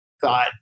thought